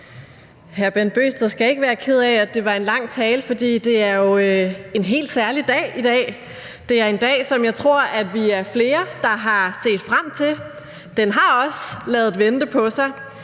Hr. Bent Bøgsted skal ikke være ked af, at det var en lang tale, for det er jo en helt særlig dag i dag. Det er en dag, som jeg tror at vi er flere der har set frem til – den har også ladet vente på sig.